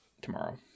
tomorrow